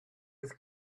with